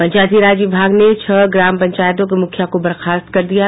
पंचायती राज विभाग ने छह ग्राम पंचायतों के मुखिया को बर्खास्त कर दिया है